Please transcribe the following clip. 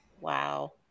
Wow